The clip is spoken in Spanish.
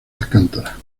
alcántara